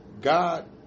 God